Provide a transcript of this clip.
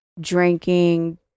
drinking